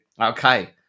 Okay